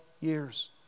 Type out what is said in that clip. years